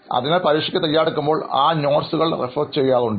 അതിനാൽ പരീക്ഷയ്ക്ക് തയ്യാറെടുക്കുമ്പോൾ ആ കുറിപ്പുകൾ റഫർ ചെയ്യാറുണ്ടോ